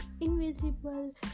invisible